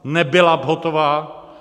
Nebyla hotová.